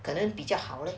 可能比较好了